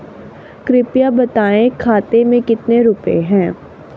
कृपया बताएं खाते में कितने रुपए हैं?